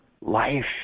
life